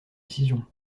décision